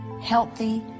Healthy